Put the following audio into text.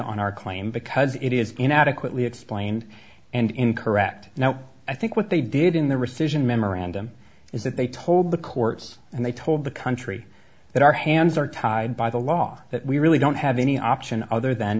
on our claim because it is been adequately explained and incorrect now i think what they did in the rescission memorandum is that they told the courts and they told the country that our hands are tied by the law that we really don't have any option other than